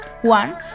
one